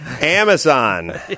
Amazon